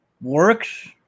works